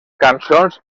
cançons